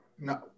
No